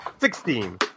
Sixteen